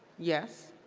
yes?